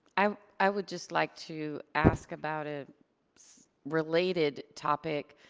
i i would just like to ask about a related topic.